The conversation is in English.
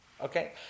Okay